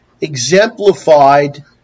exemplified